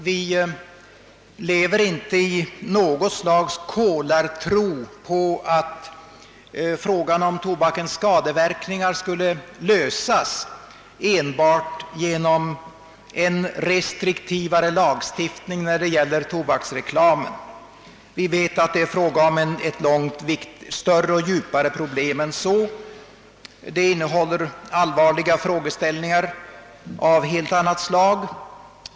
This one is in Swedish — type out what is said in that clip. Vi lever inte i något slags kolartro på att frågan om tobakens skadeverkningar skulle lösas enbart genom en restriktivare lagstiftning när det gäller tobaksreklamen. Vi vet att det är fråga om ett långt större och djupare problem än så. Det innehåller allvarliga frågeställningar av helt annat slag.